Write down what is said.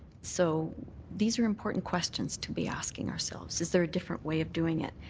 so these are important questions to be asking ourselves is there a different way of doing it?